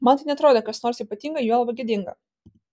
man tai neatrodė kas nors ypatinga juolab gėdinga